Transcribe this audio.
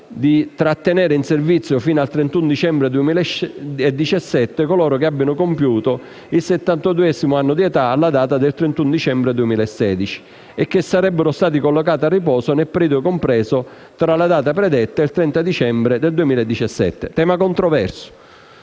di trattenere in servizio fino al 31 dicembre 2017 coloro che abbiano compiuto il 72o anno di età alla data del 31 dicembre 2016 e che sarebbero stati collocati a riposo nel periodo compreso tra la data predetta e il 30 dicembre 2017. Si tratta